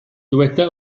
dyweda